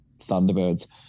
Thunderbirds